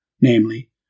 namely